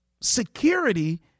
security